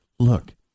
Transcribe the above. Look